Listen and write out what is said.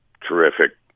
terrific